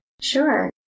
Sure